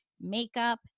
makeup